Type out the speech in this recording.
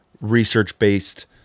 research-based